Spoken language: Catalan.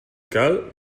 cal